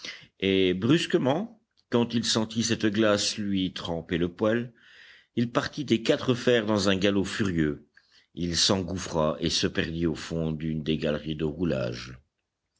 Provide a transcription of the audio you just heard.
et brusquement quand il sentit cette glace lui tremper le poil il partit des quatre fers dans un galop furieux il s'engouffra et se perdit au fond d'une des galeries de roulage